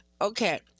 okay